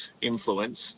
influence